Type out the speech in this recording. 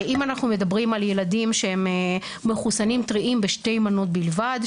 אם אנחנו מדברים על ילדים שהם מחוסנים טריים בשתי מנות בלבד,